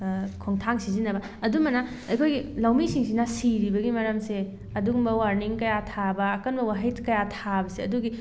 ꯈꯣꯡꯊꯥꯡ ꯁꯤꯖꯤꯟꯅꯕ ꯑꯗꯨꯝꯕꯅ ꯑꯩꯈꯣꯏꯒꯤ ꯂꯧꯃꯤꯁꯤꯡꯁꯤꯅ ꯁꯤꯔꯤꯕꯒꯤ ꯃꯔꯝꯁꯦ ꯑꯗꯨꯒꯨꯝꯕ ꯋꯥꯔꯅꯤꯡ ꯀꯌꯥ ꯊꯥꯕ ꯑꯀꯟꯕ ꯋꯥꯍꯩ ꯀꯌꯥ ꯊꯥꯕꯁꯦ ꯑꯗꯨꯒꯤ